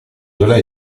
zola